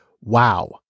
wow